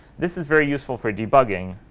this is very useful for debugging.